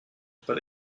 but